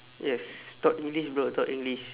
yes talk english bro talk english